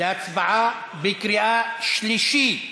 להצבעה בקריאה שלישית.